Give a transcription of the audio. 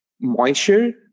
Moisture